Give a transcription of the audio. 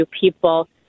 people